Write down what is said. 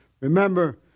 Remember